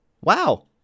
Wow